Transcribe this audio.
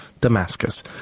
Damascus